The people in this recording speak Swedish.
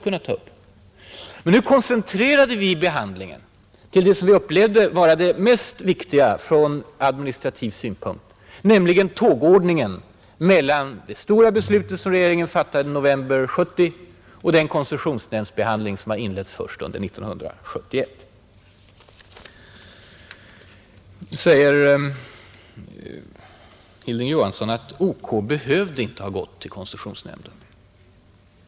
Men nu koncentrerade vi behandlingen till det som vi upplevde som det mest viktiga från administrativ synpunkt: tågordningen mellan det stora beslut som regeringen fattade i november 1970 och den koncessionsnämndsbehandling som har inletts först under 1971. Hilding Johansson säger att OK inte behövde ha gått till koncessionsnämnden.